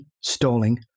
stalling